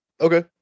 Okay